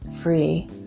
free